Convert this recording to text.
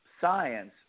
science